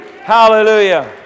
Hallelujah